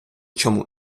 чому